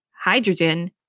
hydrogen